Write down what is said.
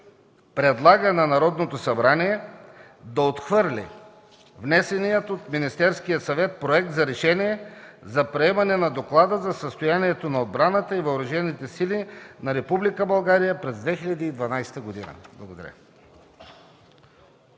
Предлага на Народното събрание да отхвърли внесения от Министерския съвет Проект за решение за приемане на Доклада за състоянието на отбраната и въоръжените сили на Република България през 2012 г.” Благодаря.